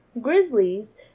grizzlies